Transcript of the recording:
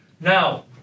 Now